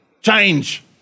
change